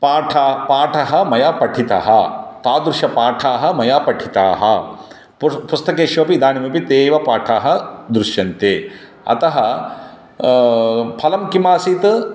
पाठः पाठः मया पठितः तादृशाः पाठाः मया पठिताः पुर् पुस्तकेषु अपि इदानीमपि ते एव पाठाः दृष्यन्ते अतः फलं किमासीत्